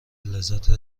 لذت